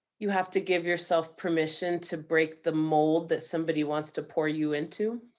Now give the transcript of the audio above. you have to give yourself permission to break the mold that somebody wants to pour you into.